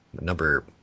number